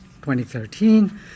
2013